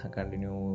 Continue